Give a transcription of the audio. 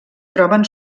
troben